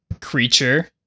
creature